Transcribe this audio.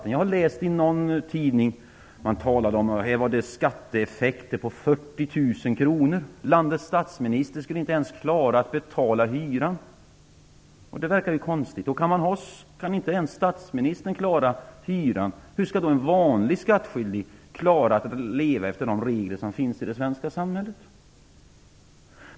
Jag läste i en tidning att det skulle vara fråga om skatteeffekter på 40 000 kr, att landets statsminister inte ens skulle klara att betala hyran. Det verkar ju konstigt. Om inte ens statsministern kan klara hyran, hur skall då en vanlig skattskyldig klara att leva efter de regler som finns i det svenska samhället?